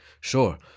Sure